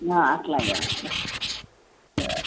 అలాగే సరే